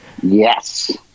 yes